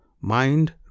MIND